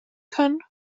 können